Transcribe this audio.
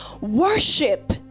worship